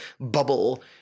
bubble